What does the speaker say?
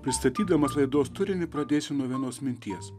pristatydamas laidos turinį pradėsiu nuo vienos minties